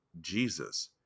Jesus